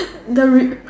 the ri~